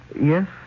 Yes